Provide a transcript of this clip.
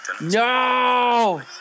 No